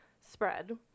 spread